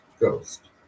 ghost